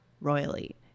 royally